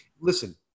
listen